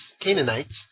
Canaanites